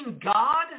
God